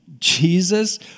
Jesus